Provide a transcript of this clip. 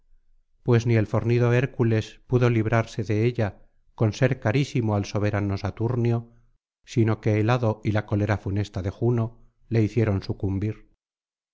pues ni el fornido hércules pudo librarse de ella con ser carísimo al soberano jove saturnio sino que el hado y la cólera funesta de juno le hicieron sucumbir